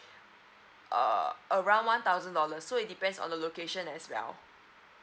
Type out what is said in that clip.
err around one thousand dollar so it depends on the location as well